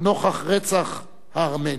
נוכח רצח הארמנים.